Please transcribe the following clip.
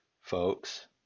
folks